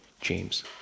James